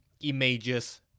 images